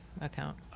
account